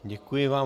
Děkuji vám.